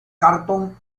cartoon